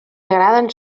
agraden